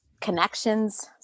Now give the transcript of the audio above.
connections